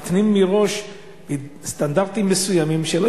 מתנים מראש סטנדרטים מסוימים כדי שלא